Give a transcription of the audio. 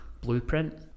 blueprint